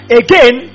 again